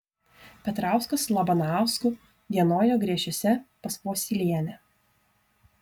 petrauskas su labanausku dienojo griešiuose pas vosylienę